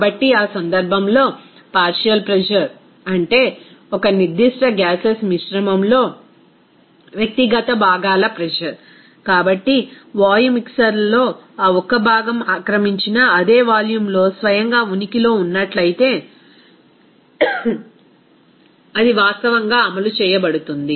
కాబట్టి ఆ సందర్భంలో పార్షియల్ ప్రెజర్ అంటే ఒక నిర్దిష్ట గ్యాసెస్ మిశ్రమంలో వ్యక్తిగత భాగాల ప్రెజర్ కాబట్టి వాయు మిక్సర్లో ఆ ఒక్క భాగం ఆక్రమించిన అదే వాల్యూమ్లో స్వయంగా ఉనికిలో ఉన్నట్లయితే అది వాస్తవంగా అమలు చేయబడుతుంది